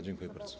Dziękuję bardzo.